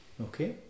Okay